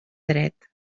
dret